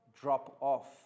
drop-off